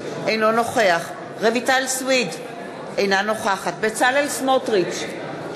אינו נוכח רויטל סויד, אינה נוכחת בצלאל סמוטריץ,